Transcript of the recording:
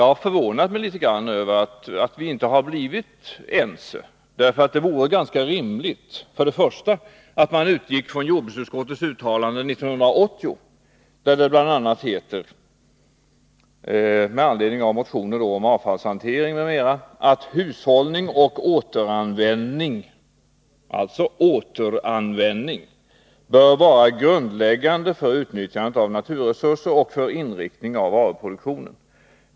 Jag har förvånat mig litet grand över att vi inte har blivit ense. Det vore nämligen rimligt att man utgick från jordbruksutskottets uttalande 1980, där det med anledning av motioner om avfallshantering m.m. bl.a. sägs: Hushållning och återanvändning — alltså återanvändning — bör vara grundläggande för utnyttjandet av naturresurser och för inriktningen av varuproduktionen.